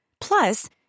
Plus